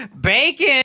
Bacon